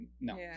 No